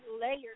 layers